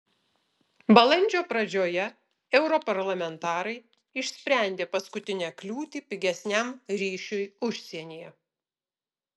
balandžio pradžioje europarlamentarai išsprendė paskutinę kliūtį pigesniam ryšiui užsienyje